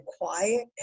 quiet